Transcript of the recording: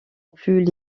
plus